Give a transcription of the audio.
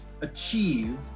achieve